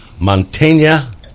Montaigne